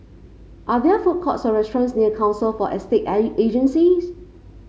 are there food courts or restaurants near Council for Estate Agencies